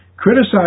Criticize